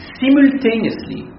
simultaneously